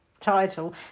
title